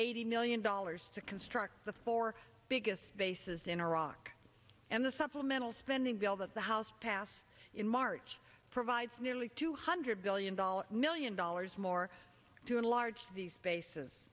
eighty million dollars to construct the four biggest bases in iraq and the supplemental spending bill that the house passed in march provides nearly two hundred billion dollars million dollars more to enlarge these bas